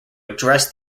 address